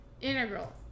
integral